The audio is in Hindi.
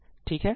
ठीक है